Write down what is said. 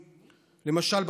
למשל,